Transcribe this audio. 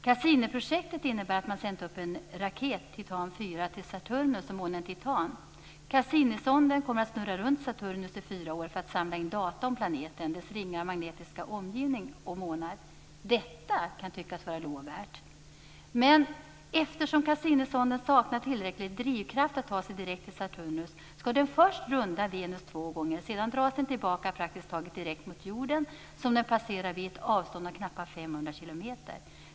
Cassiniprojektet innebär att man har sänt upp en raket, Titan IV, till Saturnus och månen Titan. Cassinisonden kommer att snurra runt Saturnus i fyra år för att samla in data om planeten, dess ringar, magnetiska omgivning och månar. Detta kan tyckas vara lovvärt, men eftersom Cassinisonden inte har tillräcklig drivkraft för att ta sig direkt till Saturnus skall den först runda Venus två gånger. Sedan dras den tillbaka praktiskt taget direkt mot jorden, som den passerar vid ett avstånd om knappt 500 kilometer.